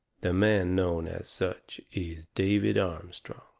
the man known as such is david armstrong!